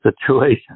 situation